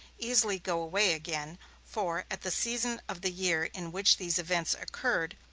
easily go away again for, at the season of the year in which these events occurred,